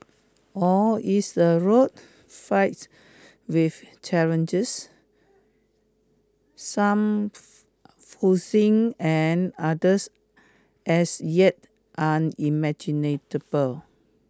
or is the road fraught with challenges some foreseen and others as yet unimaginable